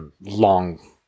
long